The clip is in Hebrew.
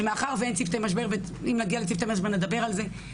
שמאחר ואין צוותי משבר אם נגיע לצוותי משבר נדבר על זה.